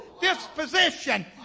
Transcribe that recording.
disposition